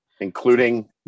Including